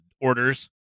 orders